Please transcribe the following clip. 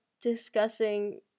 discussing